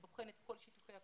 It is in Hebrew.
גוף שבוחן את כל שיתופי הפעולה.